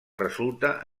resulta